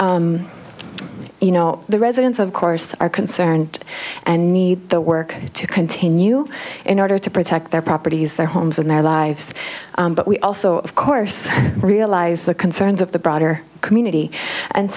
you know the residents of course are concerned and need the work to continue in order to protect their properties their homes and their lives but we also of course realize the concerns of the broader community and